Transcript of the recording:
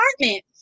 apartment